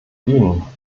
ihnen